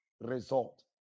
result